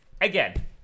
again